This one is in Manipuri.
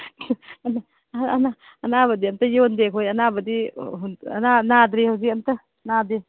ꯑꯅꯥꯕꯗꯤ ꯑꯝꯇ ꯌꯣꯟꯗꯦ ꯑꯩꯈꯣꯏ ꯑꯅꯥꯕꯗꯤ ꯅꯥꯗ꯭ꯔꯤ ꯍꯧꯖꯤꯛ ꯑꯝꯇ ꯅꯥꯗꯦ